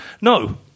No